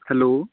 hello